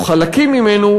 או חלקים ממנו,